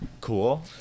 Cool